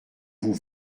vous